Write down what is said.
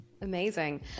amazing